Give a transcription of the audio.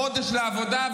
חודש לעבודה,